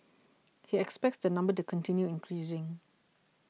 he expects the number to continue increasing